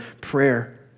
prayer